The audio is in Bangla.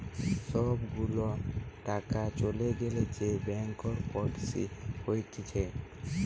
সব গুলা টাকা চলে গ্যালে যে ব্যাংকরপটসি হতিছে